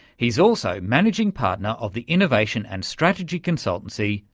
he's also managing partner of the innovation and strategy consultancy,